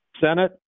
Senate